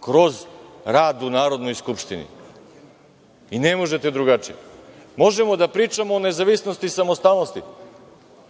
kroz rad u Narodnoj skupštini i ne možete drugačije. Možemo da pričamo o nezavisnosti i samostalnosti.